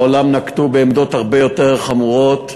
בעולם נקטו עמדות הרבה יותר חמורות,